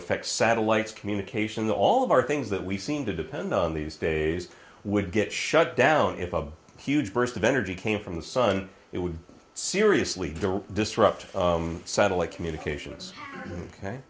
affect satellites communication all of our things that we seem to depend on these days would get shut down if a huge burst of energy came from the sun it would seriously disrupt satellite communications ok